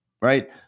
right